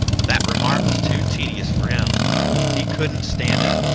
but that remark was too tedious for him he couldn't stand it.